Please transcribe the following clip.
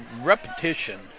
repetition